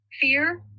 Fear